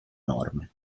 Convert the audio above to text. norme